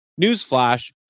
Newsflash